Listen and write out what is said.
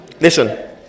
Listen